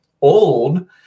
old